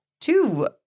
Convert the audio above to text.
two